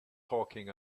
talking